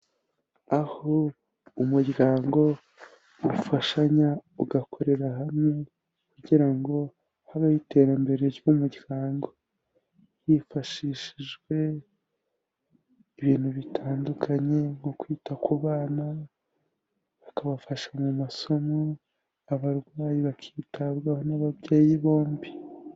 Aho umuryango ufashanya, ugakorera hamwe, kugira ngo habeho iterambere ry'umuryango, hifashishijwe ibintu bitandukanye mu kwita ku bana, bakabafasha mu masomo, abarwayi bakitabwaho n'ababyeyi bombi.